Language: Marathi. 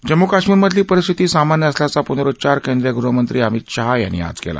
जम्म् कश्मीरमधली परिस्थिती सामान्य असल्याचा प्नरुच्चार केंद्रीय गृहमंत्री अमित शाह यांनी आज केला